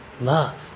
Love